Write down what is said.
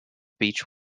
beech